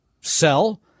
sell